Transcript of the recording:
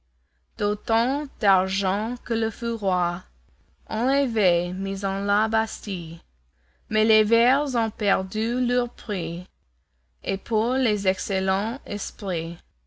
d'autant d'argent que le feu roi en avait mis en la bastille mais les vers ont perdu leur prix et pour les excellents esprits